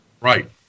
Right